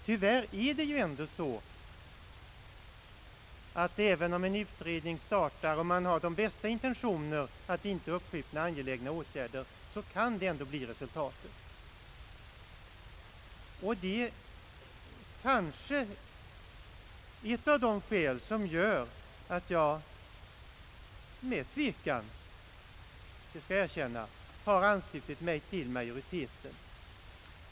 Tyvärr är det ändå på det sättet att detta kan bli resultatet, även om en utredning startar och har de bästa intentioner att inte uppskjuta angelägna åtgärder. Detta är kanske ett av de skäl som föreligger för att jag med tvekan — det skall jag erkänna — har anslutit mig till majoritetens förslag.